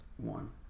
One